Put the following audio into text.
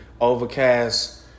Overcast